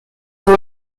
por